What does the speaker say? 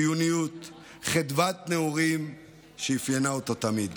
חיוניות וחדוות נעורים שאפיינו אותו תמיד.